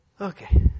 Okay